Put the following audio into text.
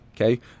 okay